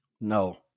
No